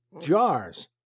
jars